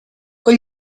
con